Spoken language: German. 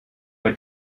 bei